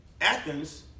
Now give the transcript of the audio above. Athens